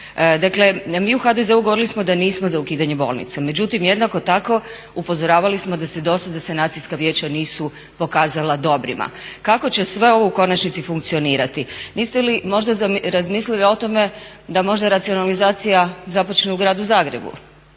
mi u HDZ-u govorili smo da nismo za ukidanje bolnica. Međutim, jednako tako upozoravali smo da se do sad sanacijska vijeća nisu pokazala dobrima. Kako će sve ovo u konačnici funkcionirati? Niste li možda razmislili o tome da možda racionalizacija započne u gradu Zagrebu?